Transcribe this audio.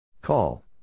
Call